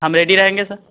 हम रेडी रहेंगे सर